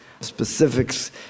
Specifics